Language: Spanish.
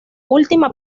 última